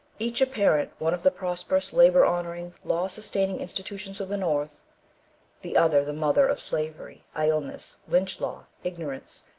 each a parent, one of the prosperous, labour-honouring, law-sustaining institutions of the north the other the mother of slavery, idleness, lynch-law, ignorance,